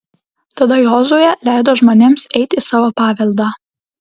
tada jozuė leido žmonėms eiti į savo paveldą